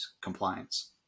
compliance